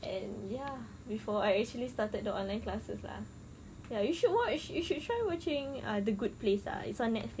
and ya before I actually started the online classes lah ya you should watch you should try watching uh the good place ah it's on netflix